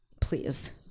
Please